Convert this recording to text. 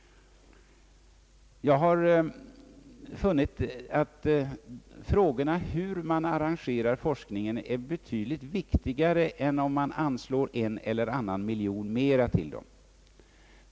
Jag har funnit att sättet att arrangera forskningen är betydligt viktigare än en eller annan ytterligare miljon i anslag.